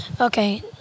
Okay